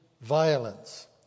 violence